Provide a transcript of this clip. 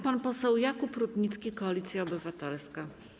Pan poseł Jakub Rutnicki, Koalicja Obywatelska.